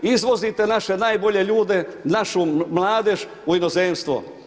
Izvozite naše najbolje ljude, našu mladež u inozemstvo.